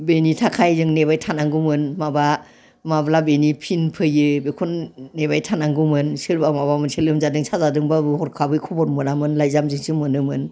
बेनि थाखाय जों नेबाय थानांगौमोन माबा माब्ला बिनि फिन फैयो बेखौ नेबाय थानांगौमोन सोरबा माबा मोनसे लोमजादों साजादोंब्लाबो हरखाबै खबर मोनामोन लायजामजोंसो मोनोमोन